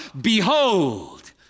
Behold